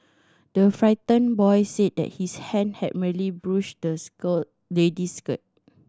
the frightened boy said that his hand had merely brushed the skirt lady's skirt